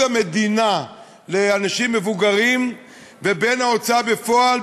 המדינה לאנשים מבוגרים ובין ההוצאה בפועל,